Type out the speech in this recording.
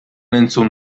entzun